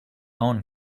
own